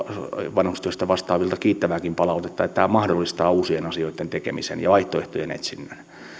vanhustyöstä vastaavilta kiittävääkin palautetta että tämä mahdollistaa uusien asioitten tekemisen ja vaihtoehtojen etsinnän